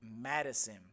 madison